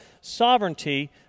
sovereignty